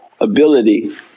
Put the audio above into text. ability